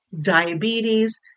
diabetes